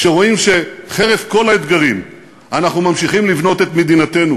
כשרואים שחרף כל האתגרים אנחנו ממשיכים לבנות את מדינתנו,